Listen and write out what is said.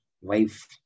wife